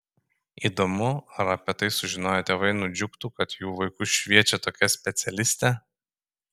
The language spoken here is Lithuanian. įdomu ar apie tai sužinoję tėvai nudžiugtų kad jų vaikus šviečia tokia specialistė